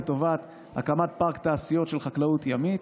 לטובת הקמת פארק תעשיות של חקלאות ימית,